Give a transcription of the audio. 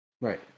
Right